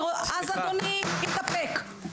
אז אדוני תתאפק.